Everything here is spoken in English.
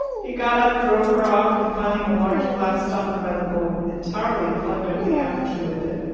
he got up, drove her off, and finding a large glass stopper by the bowl, entirely plugged up the aperture with it.